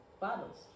bottles